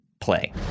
play